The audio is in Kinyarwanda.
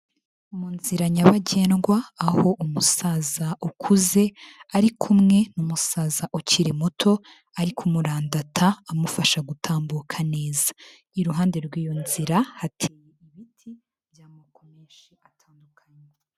Mu nzira nyabagendwa aho umusaza ukuze ari kumwe n'umusaza ukiri muto ari kumurandata amufasha gutambuka neza, i ruhande rw'iyo nzira hateye ibiti by'amoko menshi atandukanye.